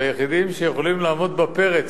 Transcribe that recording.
היחידות שיכולות לעמוד בפרץ,